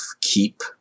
keep